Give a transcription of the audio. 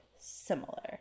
similar